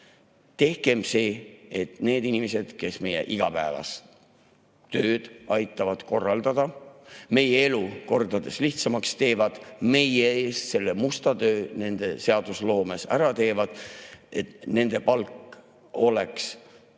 Tehkem seda, et need inimesed, kes meie igapäevatööd aitavad korraldada, tehes meie elu kordades lihtsamaks, kes teevad meie eest selle musta töö siin seadusloomes ära – tehkem seda, et nende palk oleks